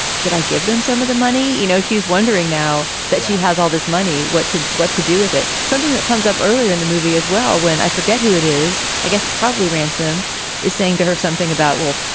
should i give them some of the money? you know, she's wondering now that she has all this money. what to what to do with it? something that comes up earlier in the movie as well. when i forget who it is, i guess it's probably ransom is saying to her something about, well,